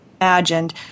imagined